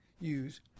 use